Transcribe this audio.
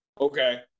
okay